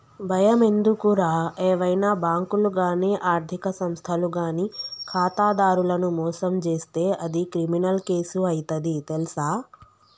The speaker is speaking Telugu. బయమెందుకురా ఏవైనా బాంకులు గానీ ఆర్థిక సంస్థలు గానీ ఖాతాదారులను మోసం జేస్తే అది క్రిమినల్ కేసు అయితది తెల్సా